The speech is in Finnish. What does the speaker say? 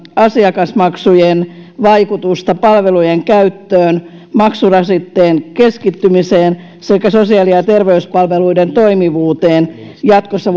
asiakasmaksujen vaikutusta palveluiden käyttöön maksurasitteen keskittymiseen sekä sosiaali ja terveyspalveluiden toimivuuteen jatkossa